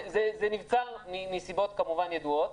זה נבצר מסיבות ידועות.